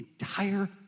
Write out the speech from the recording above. entire